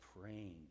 praying